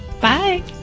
Bye